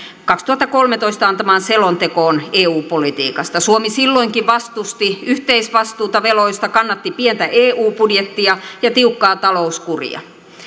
kaksituhattakolmetoista antamaan selontekoon eu politiikasta suomi silloinkin vastusti yhteisvastuuta veloista kannatti pientä eu budjettia ja tiukkaa talouskuria